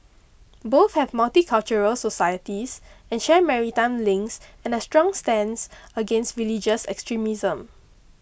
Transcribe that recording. both have multicultural societies and share maritime links and a strong stance against religious extremism